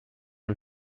ihm